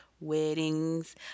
weddings